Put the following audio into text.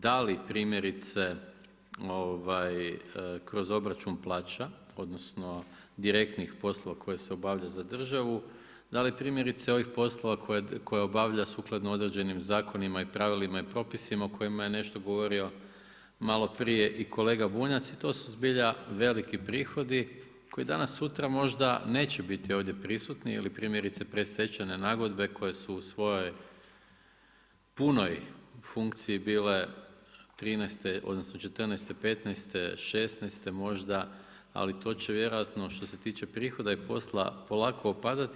Da li primjerice, kroz obračun plaća, odnosno, direktnih poslova koje se obavljaju za državu, da li primjerice ovih poslova koje obavljaju sukladno određenim zakonima i pravilima i propisima o kojima je nešto govorio maloprije i kolega Bunjac i to su zbilja veliki prihodi, koji danas, sutra možda neće biti ovdje prisutni, ili primjerice predstečajne nagodbe koje su u svojoj punoj funkciji bile '13., odnosno '14., '15.. '16. možda ali to će vjerojatno što se tiče prihoda i posla polako otpadati.